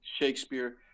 Shakespeare